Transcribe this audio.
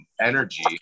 energy